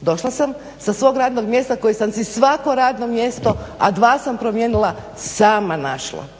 Došla sam sa svog radnog mjesta koji sam si svako radno mjesto, a dva sam promijenila sama našla